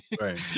Right